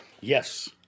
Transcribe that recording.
Yes